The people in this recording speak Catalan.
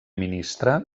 ministre